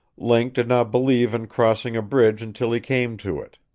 link did not believe in crossing a bridge until he came to it.